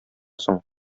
соң